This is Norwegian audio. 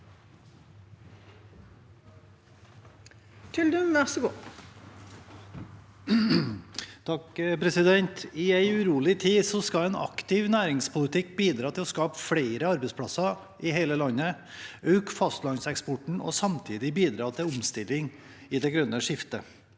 I en urolig tid skal en aktiv næringspolitikk bidra til å skape flere arbeidsplasser i hele landet, øke fastlandseksporten og samtidig bidra til omstilling i det grønne skiftet.